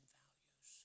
values